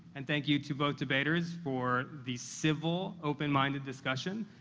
and thank you to both debaters for the civil, open-minded discussion.